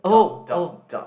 dot dot dot